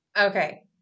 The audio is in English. Okay